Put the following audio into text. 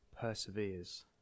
perseveres